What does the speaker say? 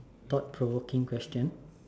thought provoking question